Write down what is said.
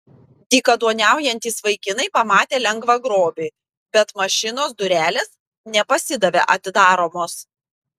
dykaduoniaujantys vaikinai pamatė lengvą grobį bet mašinos durelės nepasidavė atidaromos